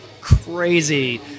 crazy